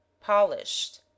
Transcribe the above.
polished